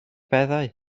beddau